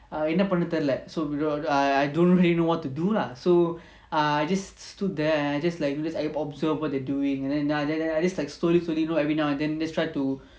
என்னபண்ணனும்னுதெரியல:enna pannanumnu theriala so I I don't really know what to do lah so I just stood there and just like I observe what they doing and then ya I just like slowly slowly you know every now and then just try to